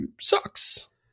sucks